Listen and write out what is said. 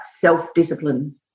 self-discipline